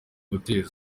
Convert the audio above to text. guteza